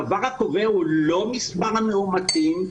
הדבר הקובע הוא לא מספר המאומתים.